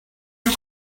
you